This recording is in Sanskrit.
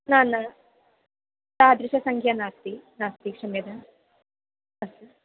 न न तादृशी सङ्ख्या नास्ति नास्ति क्षम्यताम् अस्तु